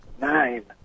Nine